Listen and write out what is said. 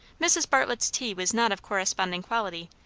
mrs. bartlett's tea was not of corresponding quality,